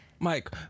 Mike